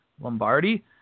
Lombardi